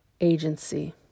agency